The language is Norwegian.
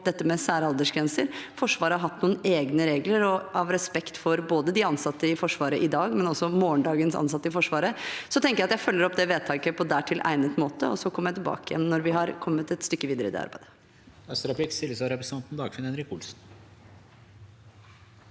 dette med særaldersgrenser. Forsvaret har hatt noen egne regler, og av respekt for både de ansatte i Forsvaret i dag og også morgendagens ansatte i Forsvaret tenker jeg at jeg følger opp det vedtaket på dertil egnet måte, og så kommer jeg tilbake igjen når vi har kommet et stykke videre i det arbeidet.